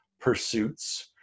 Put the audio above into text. pursuits